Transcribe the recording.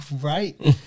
Right